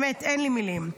באמת אין לי מילים.